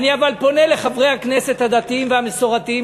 אני אבל פונה לחברי הכנסת הדתיים והמסורתיים